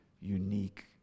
unique